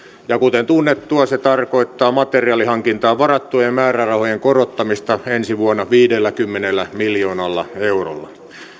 ja kuten tunnettua se tarkoittaa materiaalihankintaan varattujen määrärahojen korottamista ensi vuonna viidelläkymmenellä miljoonalla eurolla